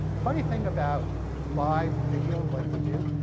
funny thing about live video like we do,